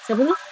siapa tu